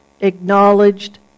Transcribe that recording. acknowledged